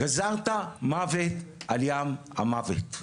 גזרת מוות על ים המוות.